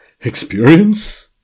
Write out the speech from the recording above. Experience